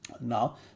now